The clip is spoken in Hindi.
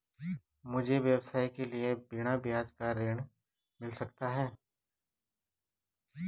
मुझे व्यवसाय के लिए बिना ब्याज का ऋण मिल सकता है?